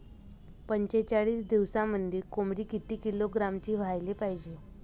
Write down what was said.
पंचेचाळीस दिवसामंदी कोंबडी किती किलोग्रॅमची व्हायले पाहीजे?